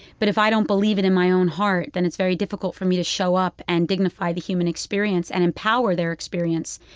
but if i don't believe it in my own heart, then it's very difficult for me to show up and dignify the human experience and empower their experience.